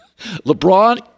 LeBron